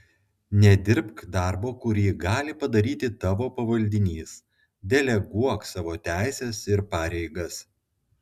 nedirbk darbo kurį gali padaryti tavo pavaldinys deleguok savo teises ir pareigas